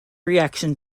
reaction